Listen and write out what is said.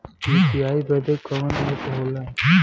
UPI बदे कवन app होला?